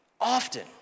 Often